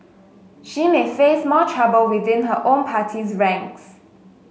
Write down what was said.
she may face more trouble within her own party's ranks